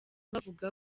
bavuga